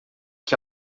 que